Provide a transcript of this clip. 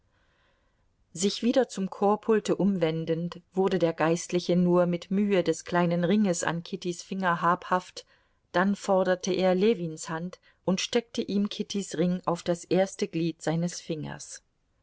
sich wieder zum chorpulte umwendend wurde der geistliche nur mit mühe des kleinen ringes an kittys finger habhaft dann forderte er ljewins hand und steckte ihm kittys ring auf das erste glied seines fingers